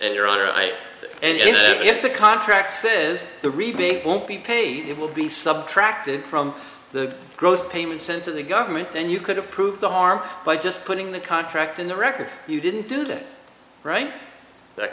i and if the contract says the rebate won't be paid it will be subtracted from the gross payment sent to the government then you could approve the harm by just putting the contract in the record you didn't do that right that